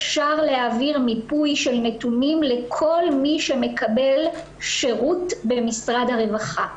אפשר להעביר מיפוי של נתונים לכל מי שמקבל שירות במשרד הרווחה.